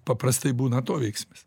paprastai būna atoveiksmis